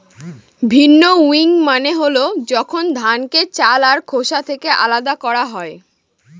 ভিন্নউইং মানে হল যখন ধানকে চাল আর খোসা থেকে আলাদা করা হয়